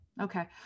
okay